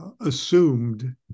assumed